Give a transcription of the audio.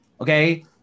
Okay